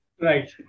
Right